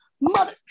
Mother